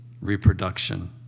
reproduction